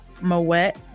moet